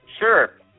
Sure